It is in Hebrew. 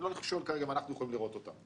אני לא שואל כרגע אם אנחנו יכולים לראות אותם.